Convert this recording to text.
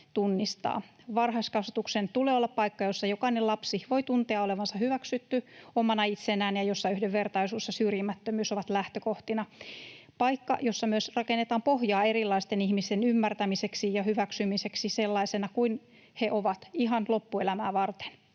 Varhaiskasvatuksen tulee olla paikka, jossa jokainen lapsi voi tuntea olevansa hyväksytty omana itsenään ja jossa yhdenvertaisuus ja syrjimättömyys ovat lähtökohtina, paikka, jossa myös rakennetaan pohjaa erilaisten ihmisten ymmärtämiseksi ja hyväksymiseksi sellaisena kuin he ovat ihan loppuelämää varten.